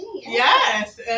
Yes